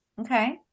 okay